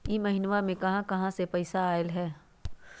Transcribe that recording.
इह महिनमा मे कहा कहा से पैसा आईल ह?